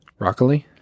Rockily